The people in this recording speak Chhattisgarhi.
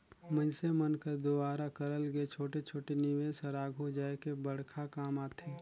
मइनसे मन कर दुवारा करल गे छोटे छोटे निवेस हर आघु जाए के बड़खा काम आथे